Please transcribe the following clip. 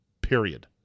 period